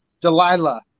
Delilah